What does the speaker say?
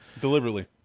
Deliberately